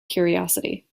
curiosity